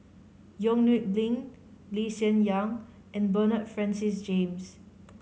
Yong Nyuk Lin Lee Hsien Yang and Bernard Francis James